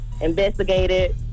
investigated